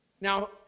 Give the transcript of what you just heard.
Now